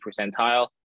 percentile